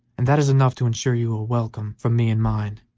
and that is enough to insure you a welcome from me and mine.